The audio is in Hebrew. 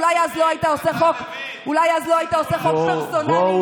אולי אז לא היית עושה חוק פרסונלי נגד חבר ליכוד.